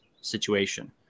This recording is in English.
situation